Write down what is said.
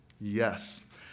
Yes